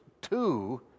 two